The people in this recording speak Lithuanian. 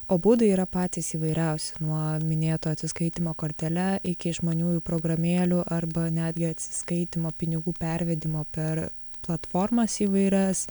o būdai yra patys įvairiausi nuo minėto atsiskaitymo kortele iki išmaniųjų programėlių arba netgi atsiskaitymo pinigų pervedimo per platformas įvairias